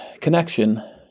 connection